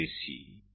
C એ આ છે